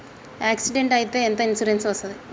Accident అయితే ఎంత insurance వస్తది?